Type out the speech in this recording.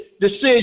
decision